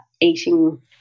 eating